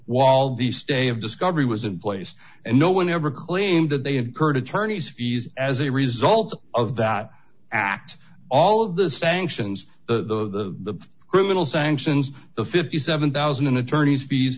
wall the stay of discovery was in place and no one ever claimed that they had heard attorneys fees as a result of that act all of the sanctions the criminal sanctions the fifty seven thousand attorneys fees